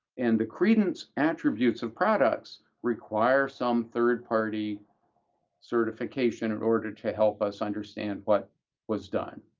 and the credence attributes of products require some third-party certification in order to help us understand what was done.